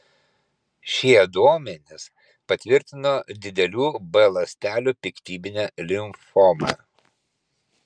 šie duomenys patvirtino didelių b ląstelių piktybinę limfomą